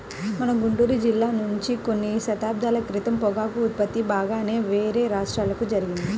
మన గుంటూరు జిల్లా నుంచి కొన్ని దశాబ్దాల క్రితం పొగాకు ఉత్పత్తి బాగానే వేరే రాష్ట్రాలకు జరిగింది